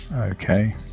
Okay